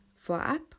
Vorab